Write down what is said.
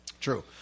True